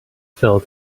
fell